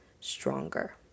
stronger